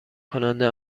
کننده